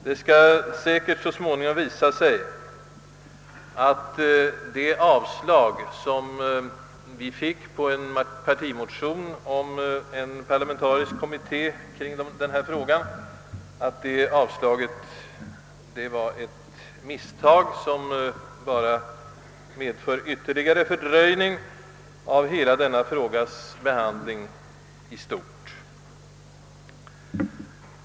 Det skall säkert så småningom visa sig att avslaget i våras på en partimotion från vårt håll om en parlamentarisk kommitté beträffande denna fråga var ett misstag, som endast medför ytterligare fördröjning av hela frågans parlamentariska behandling.